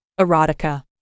Erotica